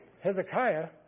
Hezekiah